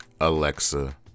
Alexa